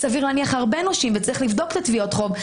סביר להניח שי כאן הרבה נושים וצריך לבדוק את תביעות החוק,